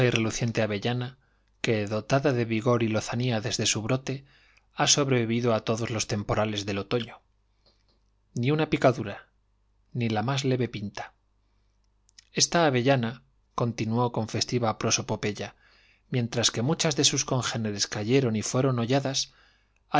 reluciente avellana que dotada de vigor y lozanía desde su brote ha sobrevivido a todos los temporales del otoño ni una picadura ni la más leve pinta esta avellanacontinuó con festiva prosopopeya mientras que muchas de sus congéneres cayeron y fueron holladas